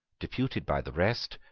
deputed by the rest,